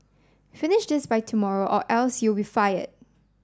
finish this by tomorrow or else you'll be fired